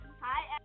Hi